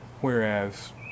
whereas